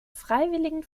freiwilligen